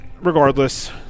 regardless